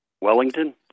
Wellington